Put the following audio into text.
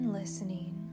listening